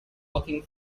looking